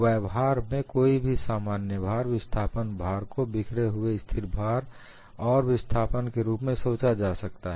व्यवहार में कोई भी सामान्य भार विस्थापन भार को बिखरे हुए स्थिर भार और विस्थापन के रूप में सोचा जा सकता है